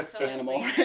animal